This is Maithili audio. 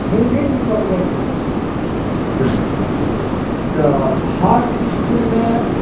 हिन्दी भी पढ़बै छै तऽ हर इसकुलमे